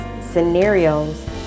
scenarios